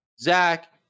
Zach